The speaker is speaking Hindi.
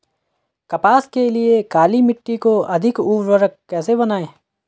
कपास के लिए काली मिट्टी को अधिक उर्वरक कैसे बनायें?